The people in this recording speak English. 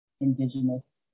Indigenous